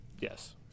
Yes